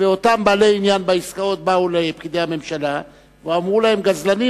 ואותם בעלי עניין בעסקאות באו לפקידי הממשלה ואמרו להם: גזלנים,